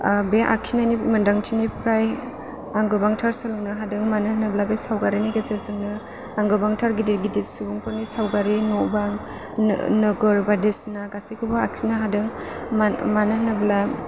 बे आखिनायनि मोन्दांथिनिफ्राय आं गोबांथार सोलोंनो हादों मानो होनोब्ला बे सावगारिनि गेजेरजोंनो आं गोबांथार गिदिर गिदिर सुबुंफोरनि सावगारि न' बां नोगोर बायदिसिना गासैखौबो आखिनो हादों मानो होनोब्ला